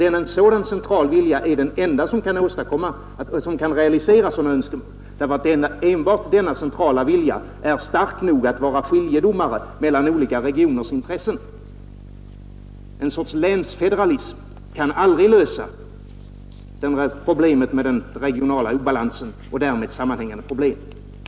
En sådan central vilja är den enda som kan realisera sådana önskemål, ty enbart denna centrala vilja är stark nog att vara skiljedomare mellan olika regioners intressen. En sorts länsfederalism kan aldrig lösa problemet med den regionala obalansen och därmed sammanhängande problem.